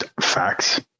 facts